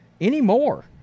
anymore